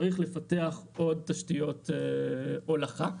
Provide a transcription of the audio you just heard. צריך לפתח עוד תשתיות הולכה,